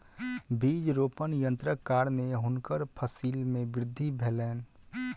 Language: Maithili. बीज रोपण यन्त्रक कारणेँ हुनकर फसिल मे वृद्धि भेलैन